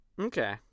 Okay